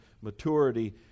maturity